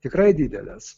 tikrai didelės